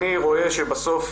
אני רואה שבסוף